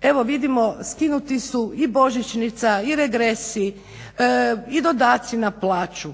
Evo vidimo skinuti su i božićnica i regresi i dodaci na plaću.